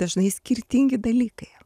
dažnai skirtingi dalykai